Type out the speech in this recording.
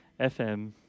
FM